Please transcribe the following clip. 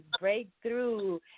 Breakthrough